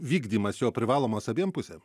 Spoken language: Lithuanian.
vykdymas jo privalomos abiem pusėm